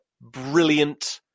brilliant